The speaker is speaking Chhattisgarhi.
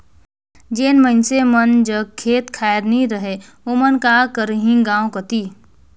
जेन मइनसे मन जग खेत खाएर नी रहें ओमन का करहीं गाँव कती